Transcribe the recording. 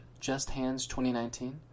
JustHands2019